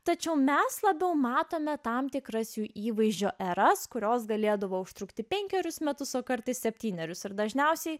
tačiau mes labiau matome tam tikras jų įvaizdžio eras kurios galėdavo užtrukti penkerius metus o kartais septynerius ir dažniausiai